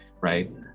right